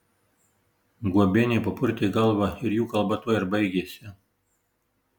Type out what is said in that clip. guobienė papurtė galvą ir jų kalba tuo ir baigėsi